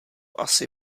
asi